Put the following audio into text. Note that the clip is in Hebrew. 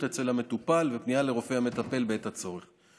אצל המטופל ופנייה לרופא המטפל בעת הצורך.